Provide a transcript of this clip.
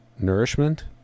nourishment